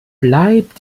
bleibt